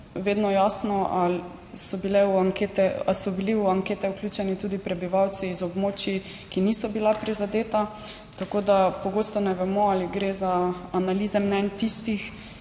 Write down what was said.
v ankete, ali so bili v ankete vključeni tudi prebivalci iz območij, ki niso bila prizadeta, tako da pogosto ne vemo, ali gre za analize mnenj tistih,